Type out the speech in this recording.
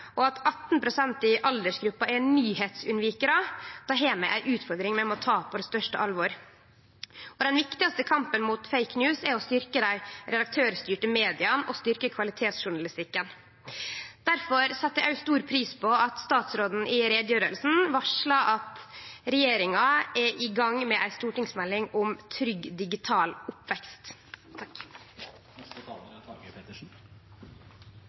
og at 18 pst. i aldersgruppa er nyhendeunnvikarar, har vi ei utfordring vi må ta på største alvor. Den viktigaste kampen mot «fake news» er å styrkje redaktørstyrte media og kvalitetsjournalistikken. Difor set eg òg stor pris på at statsråden i utgreiinga varsla at regjeringa er i gang med ei stortingsmelding om trygg digital oppvekst.